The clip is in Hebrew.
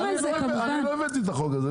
אני לא הבאתי את החוק הזה,